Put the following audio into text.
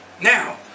Now